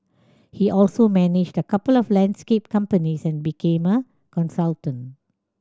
he also managed a couple of landscape companies and became a consultant